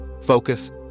focus